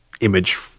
image